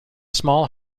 small